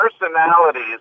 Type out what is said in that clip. personalities